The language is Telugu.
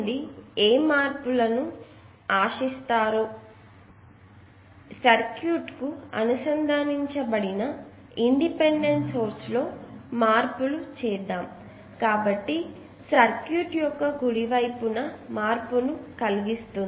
దీని నుండి మీరు ఏ మార్పులను ఆశించారు సర్క్యూట్కు అనుసంధానించబడిన ఇండిపెండెంట్ సోర్స్ లో మార్పులు చేసాను కాబట్టి ఇది సర్క్యూట్ యొక్క కుడి వైపున మార్పును కలిగిస్తుంది